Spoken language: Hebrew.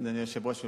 אדוני היושב-ראש,